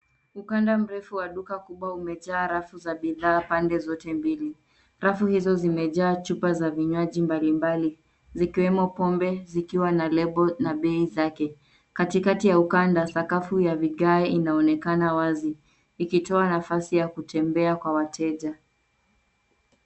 Ukanda mrefu wa duka kubwa umejaa rafu za bidhaa pande zote mbili. Rafu hizo zimejaa chupa za vinywaji mbali mbali zikiwemo pombe zikiwa na label na bei zake. Katikati ya ukanda sakafu ya vigae inaonekana wazi ikitoa nafasi ya kutembea kwa wateja.